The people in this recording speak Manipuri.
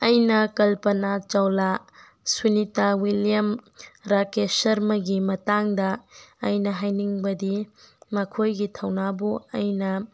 ꯑꯩꯅ ꯀꯜꯄꯅꯥ ꯆꯧꯂꯥ ꯁꯨꯅꯤꯇꯥ ꯋꯤꯜꯂꯤꯌꯝ ꯔꯥꯀꯦꯁ ꯁꯔꯃꯒꯤ ꯃꯇꯥꯡꯗ ꯑꯩꯅ ꯍꯥꯏꯅꯤꯡꯕꯗꯤ ꯃꯈꯣꯏꯒꯤ ꯊꯧꯅꯥꯕꯨ ꯑꯩꯅ